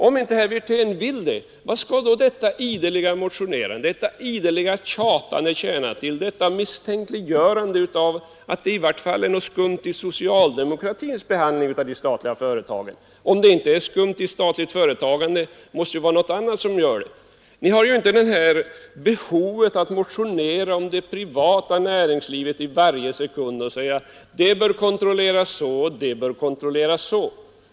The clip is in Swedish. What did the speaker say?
Om inte herr Wirtén vill det, vartill skall då detta ideliga motionerande och ideliga tjatande tjäna till, detta misstänkliggörande att det i varje fall är något skumt när det gäller socialdemokratins behandling av de statliga företagen. Om det inte är något skumt i fråga om statligt företagande, måste det vara något annat som ligger bakom. Vi har inte ett sådant behov av att motionera om det privata företagandet i varje sekund, att vi säger att det bör kontrolleras så och det bör kontrolleras så.